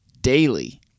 Daily